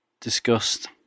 discussed